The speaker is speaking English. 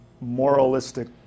moralistic